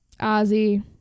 ozzy